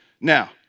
now